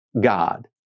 God